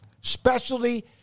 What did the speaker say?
specialty